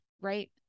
right